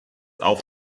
auf